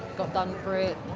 got done for it,